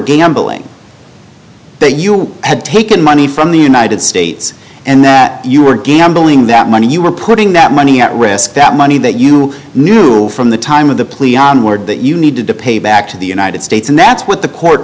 gambling that you had taken money from the united states and that you were gambling that money you were putting that money at risk that money that you knew from the time of the plea on word that you need to depict back to the united states and that's what the court